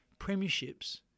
premierships